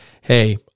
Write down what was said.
hey